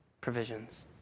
Provisions